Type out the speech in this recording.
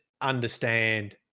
understand